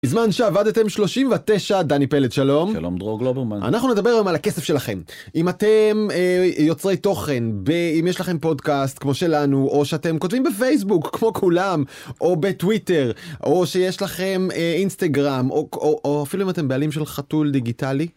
בזמן שעבדתם 39 דני פלד שלום, שלום דרור גלוברמן, אנחנו נדבר על הכסף שלכם אם אתם יוצרי תוכן ואם יש לכם פודקאסט כמו שלנו או שאתם כותבים בפייסבוק כמו כולם או בטוויטר או שיש לכם אינסטגרם או אפילו אם אתם בעלים של חתול דיגיטלי.